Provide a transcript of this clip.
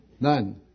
None